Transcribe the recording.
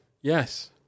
yes